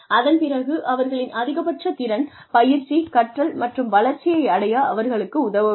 அதன் பிறகு அவர்களின் அதிகபட்ச திறன் பயிற்சி கற்றல் மற்றும் வளர்ச்சியை அடைய அவர்களுக்கு உதவ வேண்டும்